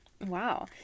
Wow